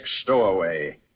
stowaway